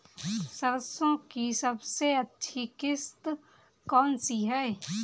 सरसो की सबसे अच्छी किश्त कौन सी है?